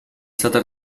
stata